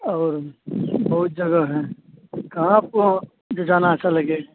और बहुत जगह है कहाँ आपको जाना अच्छा लगेगा